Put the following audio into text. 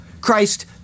Christ